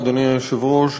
אדוני היושב-ראש,